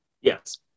Yes